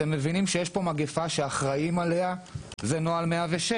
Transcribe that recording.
אתם מבינים שיש פה מגפה שאחראים עליה זה נוהל 106,